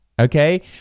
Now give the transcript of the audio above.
okay